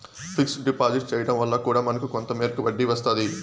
fixed deposit చేయడం వల్ల కూడా మనకు కొంత మేరకు వడ్డీ వస్తాది